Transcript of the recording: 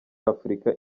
afurika